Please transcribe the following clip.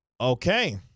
Okay